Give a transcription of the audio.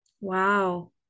wow